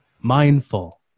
mindful